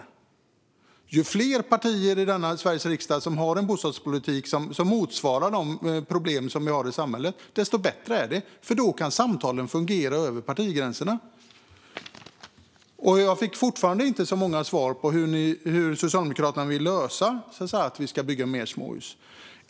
Ju fler partier i Sveriges riksdag som har en bostadspolitik som motsvarar de problem som vi har i samhället, desto bättre är det, för då kan samtalen fungera över partigränserna. Jag har fortfarande inte fått så många svar om hur Socialdemokraterna vill lösa att vi ska bygga fler småhus.